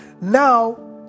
Now